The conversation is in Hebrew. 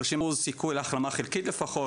שלושים אחוז סיכוי של החלמה חלקית לפחות,